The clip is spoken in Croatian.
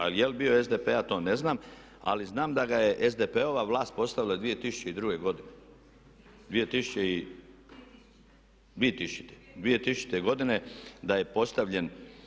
A je li bio SDP-a to ne znam, ali znam da ga je SDP-ova vlast postavila 2002. godine, 2000. godine da je postavljen.